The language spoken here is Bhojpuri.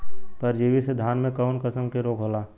परजीवी से धान में कऊन कसम के रोग होला?